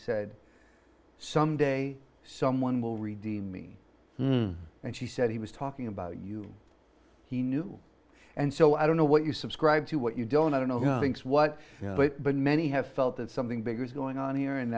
said some day someone will redeem me and she said he was talking about you he knew and so i don't know what you subscribe to what you don't i don't know how to fix what but many have felt that something bigger is going on here and